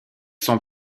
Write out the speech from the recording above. sont